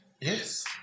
Yes